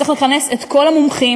צריך לכנס את כל המומחים,